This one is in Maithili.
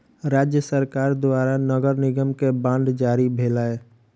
राज्य सरकार द्वारा नगर निगम के बांड जारी भेलै